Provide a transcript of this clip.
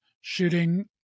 shooting